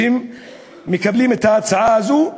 שמקבלים את ההצעה הזאת.